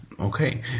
Okay